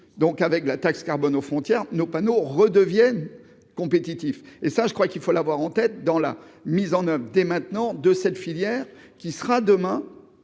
donc avec la taxe carbone aux frontières nos panneaux redevienne compétitif et ça je crois qu'il faut l'avoir en tête dans la mise en oeuvre dès maintenant de cette filière qui sera demain